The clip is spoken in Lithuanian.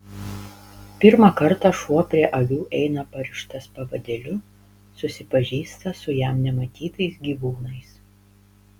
pirmą kartą šuo prie avių eina parištas pavadėliu susipažįsta su jam nematytais gyvūnais